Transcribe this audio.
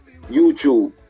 YouTube